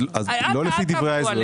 אל תעבדו עלינו.